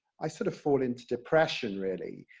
i sort of fall into depression really.